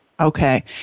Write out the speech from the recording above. Okay